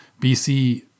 BC